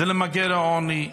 שלנו זה למגר את העוני,